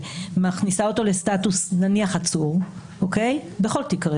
מכניסה אותו נניח לססטוס עצור, ככה זה בכל תיק.